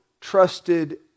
trusted